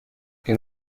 این